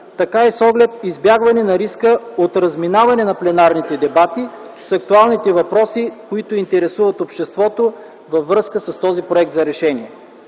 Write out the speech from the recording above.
така и с оглед избягване на риска от разминаване на пленарните дебати с актуалните въпроси, които интересуват обществото във връзка с този проект за решение.